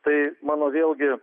tai mano vėlgi